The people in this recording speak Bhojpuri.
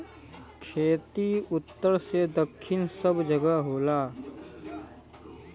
खेती उत्तर से दक्खिन सब जगह होला